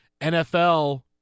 NFL